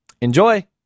Enjoy